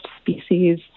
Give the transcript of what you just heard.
species